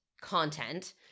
content